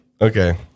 Okay